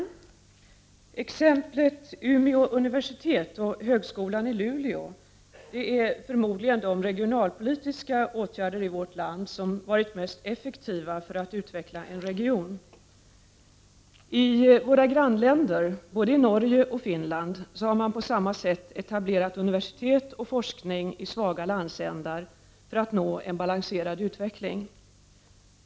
Fru talman! Umeå universitet och högskolan i Luleå är förmodligen de regionalpolitiska åtgärder som varit mest effektiva när det gällt att utveckla en region i vårt land. I våra grannländer — i både Norge och Finland — har man på samma sätt etablerat universitet och forskning i svaga landsändar för att nå en balanserad utveckling.